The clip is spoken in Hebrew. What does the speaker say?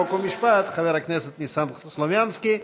חוק ומשפט חבר הכנסת ניסן סלומינסקי.